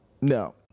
No